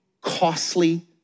costly